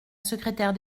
secrétaire